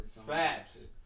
Facts